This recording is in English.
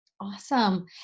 Awesome